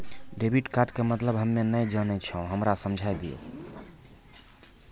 Debit card के मतलब हम्मे नैय जानै छौ हमरा समझाय दियौ?